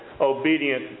obedient